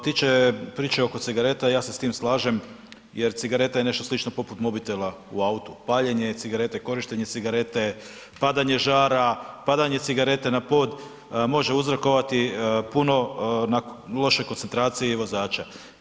Što se vaše tiče priče oko cigareta, ja se s time slažem jer cigareta je nešto slično poput mobitela u autu, paljenje cigarete, korištenje cigarete padanje žara, padanje cigarete na pod može uzrokovati puno na lošoj koncentraciji vozača.